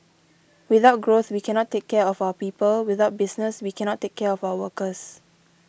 without growth we cannot take care of our people without business we cannot take care of our workers